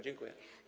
Dziękuję.